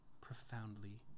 profoundly